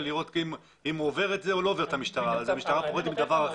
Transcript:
כדי לראות אם הוא עובר את המשטרה או לא עובר אותה.